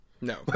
No